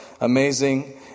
amazing